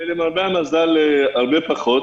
למרבה המזל, הרבה פחות.